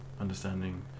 understanding